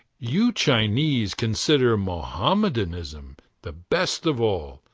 you chinese consider mohammedanism the best of all,